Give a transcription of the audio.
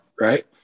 right